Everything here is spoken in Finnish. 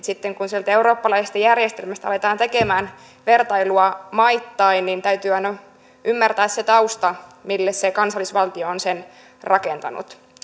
sitten kun sieltä eurooppalaisesta järjestelmästä aletaan tekemään vertailua maittain niin täytyy aina ymmärtää se tausta mille se kansallisvaltio on sen rakentanut